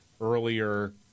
earlier